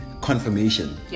confirmation